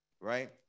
right